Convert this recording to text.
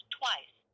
twice